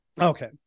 Okay